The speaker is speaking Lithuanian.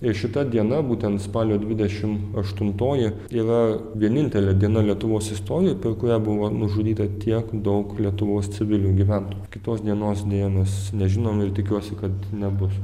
ir šita diena būtent spalio dvidešim aštuntoji yra vienintelė diena lietuvos istorijoj per kurią buvo nužudyta tiek daug lietuvos civilių gyventojų kitos dienos deja mes nežinom ir tikiuosi kad nebus